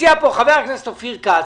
הציע כאן הצעה חבר הכנסת אופיר כץ.